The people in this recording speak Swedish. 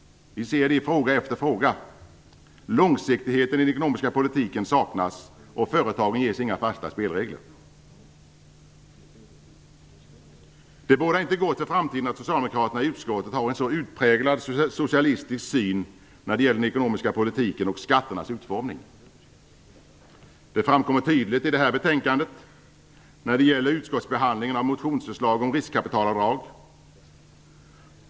Vi ser det i fråga efter fråga. Långsiktigheten i den ekonomiska politiken saknas. och företagen ges inga fasta spelregler. Det bådar inte gott för framtiden att socialdemokraterna i utskottet har en så utpräglad socialistisk syn när det gäller den ekonomiska politiken och skatternas utformning. Det framkommer tydligt i det här betänkandet när det gäller utskottsbehandlingen av motionsförslag om riskkapitalavdrag.